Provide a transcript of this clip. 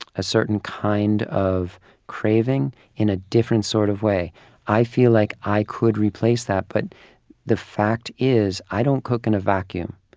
a certain kind of craving in a different sort of way i feel like i could replace that, but the fact is i don't cook in a vacuum.